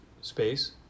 space